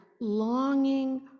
longing